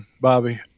Bobby